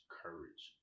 courage